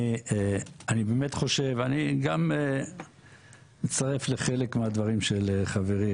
אני באמת חושב ואני גם מצטרף לחלק מהדברים של חברי,